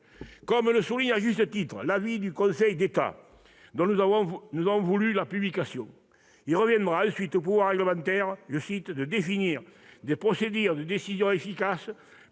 Comme le souligne à juste titre le Conseil d'État dans son avis dont nous avons voulu la publication, il reviendra ensuite au pouvoir réglementaire de définir « des procédures de décision efficaces